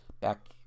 back